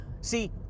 see